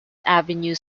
avenue